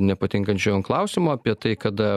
nepatinkančių klausimų apie tai kada